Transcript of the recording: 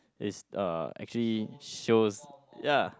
is uh actually shows ya